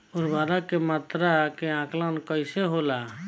उर्वरक के मात्रा के आंकलन कईसे होला?